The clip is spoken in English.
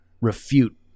refute